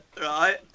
Right